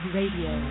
Radio